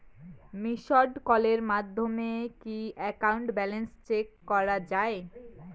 Missed কলের মাধ্যমে কি একাউন্ট ব্যালেন্স চেক করা যায়?